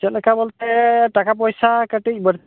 ᱪᱮᱫᱽ ᱞᱮᱠᱟ ᱵᱚᱞᱛᱮ ᱴᱟᱠᱟ ᱯᱚᱭᱥᱟ ᱠᱟᱹᱴᱤᱡ